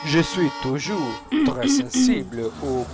je suis toujours très sensible aux